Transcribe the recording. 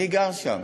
אני גר שם.